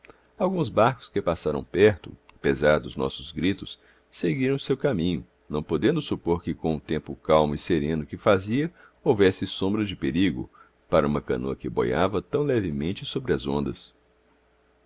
alguns barcos que passaram perto apesar dos nossos gritos seguiram o seu caminho não podendo supor que com o tempo calmo e sereno que fazia houvesse sombra de perigo para uma canoa que boiava tão levemente sobre as ondas